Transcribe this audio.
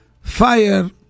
fire